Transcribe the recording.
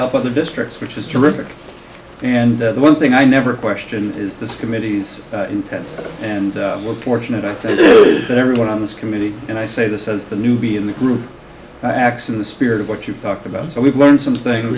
help other districts which is terrific and one thing i never question is this committee's intent and we're fortunate i think that everyone on this committee and i say this as the newbie in the group acts in the spirit of what you talked about so we've learned some things